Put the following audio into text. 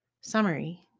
Summary